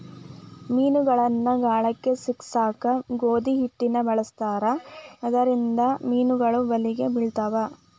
ಮೇನಗಳನ್ನ ಗಾಳಕ್ಕ ಸಿಕ್ಕಸಾಕ ಗೋಧಿ ಹಿಟ್ಟನ ಬಳಸ್ತಾರ ಇದರಿಂದ ಮೇನುಗಳು ಬಲಿಗೆ ಬಿಳ್ತಾವ